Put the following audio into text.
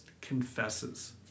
confesses